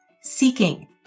Seeking